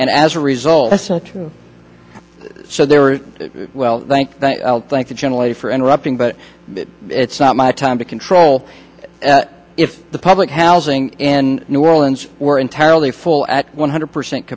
and as a result so they were well thank thank you generally for interrupting but it's not my time to control if the public housing in new orleans were entirely full at one hundred percent